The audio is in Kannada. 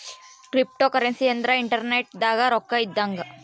ಕ್ರಿಪ್ಟೋಕರೆನ್ಸಿ ಅಂದ್ರ ಇಂಟರ್ನೆಟ್ ದಾಗ ರೊಕ್ಕ ಇದ್ದಂಗ